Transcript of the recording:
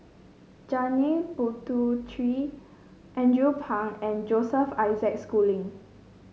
Janil Puthucheary Andrew Phang and Joseph Isaac Schooling